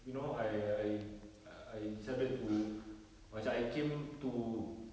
you know I I I decided to macam I came to